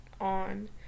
on